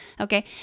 Okay